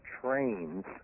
trains